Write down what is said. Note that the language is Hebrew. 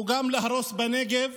הוא גם להרוס בנגב?